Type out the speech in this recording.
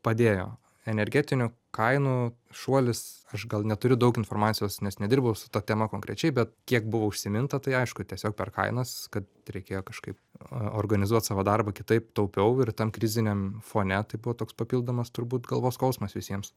padėjo energetinių kainų šuolis aš gal neturiu daug informacijos nes nedirbau su ta tema konkrečiai bet kiek buvo užsiminta tai aišku tiesiog per kainas kad reikėjo kažkaip organizuot savo darbą kitaip taupiau ir tam kriziniam fone tai buvo toks papildomas turbūt galvos skausmas visiems